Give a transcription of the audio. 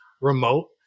remote